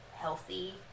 healthy